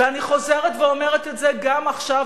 אני חוזרת ואומרת את זה גם עכשיו,